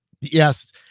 yes